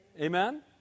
Amen